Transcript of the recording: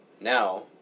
Now